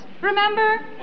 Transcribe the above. Remember